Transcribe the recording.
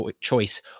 choice